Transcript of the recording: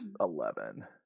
eleven